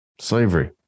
Slavery